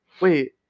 Wait